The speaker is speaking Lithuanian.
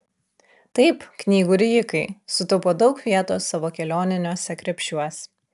taip knygų rijikai sutaupo daug vietos savo kelioniniuose krepšiuos